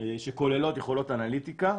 שכוללות יכולות אנליטיקה.